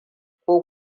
ko